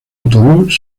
autobús